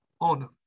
on